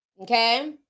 Okay